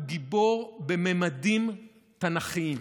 הוא גיבור בממדים תנ"כיים: